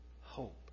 Hope